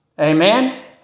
Amen